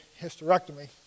hysterectomy